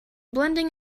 blending